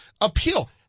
appeal